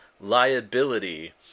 liability